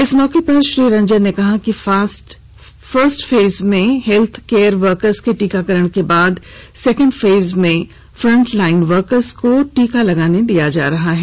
इस मौके पर श्री रंजन ने कहा कि फर्स्ट फेज में हेल्थ केयर वर्कर्स के टीकाकरण के बाद सेकेण्ड फेज में फ्रंटलाइन वर्कर्स को टीका दिया जा रहा है